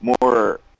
more